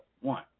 One